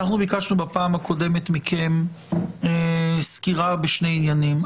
בפעם הקודמת ביקשנו מכם סקירה בשני עניינים: